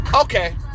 Okay